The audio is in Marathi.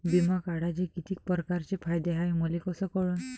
बिमा काढाचे कितीक परकारचे फायदे हाय मले कस कळन?